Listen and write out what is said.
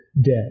dead